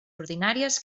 ordinàries